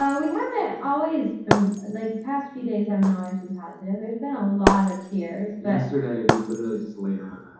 yeah we haven't always been, like the past few days haven't always been positive. there's been a lot of tears. yesterday we literally just laid around